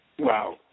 Wow